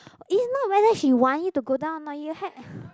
is not whether she want you to go down or not you had